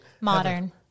modern